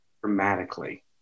dramatically